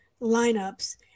lineups